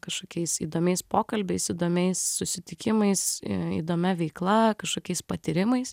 kažkokiais įdomiais pokalbiais įdomiais susitikimais įdomia veikla kažkokiais patyrimais